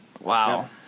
Wow